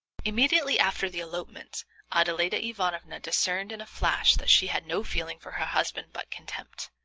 immediately after the elopement adeladda ivanovna discerned in a flash that she had no feeling for her husband but contempt.